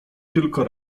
tylko